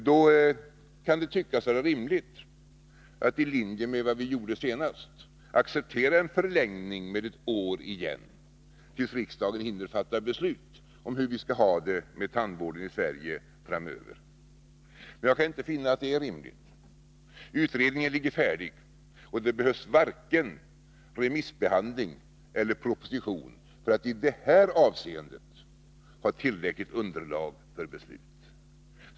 Det kan tyckas vara rimligt att i likhet med vad vi gjorde senast acceptera en förlängning med ytterligare ett år tills riksdagen hinner fatta beslut om hur vi skall ha det med tandvården i Sverige framöver. Jag själv kan emellertid inte finna att det är rimligt. Utredningen ligger färdig, och det behövs varken remissbehandling eller en proposition för att i det här avseendet presentera Nr 49 ett tillräckligt underlag för beslut.